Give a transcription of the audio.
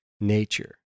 nature